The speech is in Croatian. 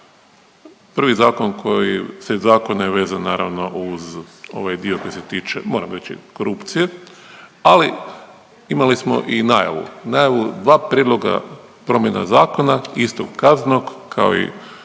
Prvi zakon koji, set zakona je vezan naravno uz ovaj dio koji se tiče moram reći korupcije, ali imali smo i najavu. Najavu dva prijedloga promjena zakona istog kaznenog kao i